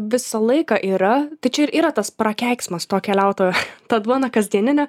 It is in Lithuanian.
visą laiką yra tai čia ir yra tas prakeiksmas to keliautojo tad duona kasdieninė